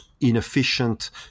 inefficient